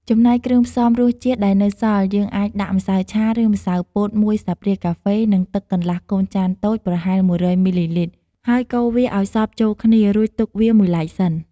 ចំណែកគ្រឿងផ្សំរសជាតិដែលនៅសល់ យើងអាចដាក់ម្សៅឆាឬម្សៅពោត១ស្លាបព្រាកាហ្វេ និងទឹកកន្លះកូនចានតូចប្រហែល១០០មីលីលីត្រ ហើយកូរវាឲ្យសព្វចូលគ្នា រួចទុកវាមួយឡែកសិន។